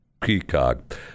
Peacock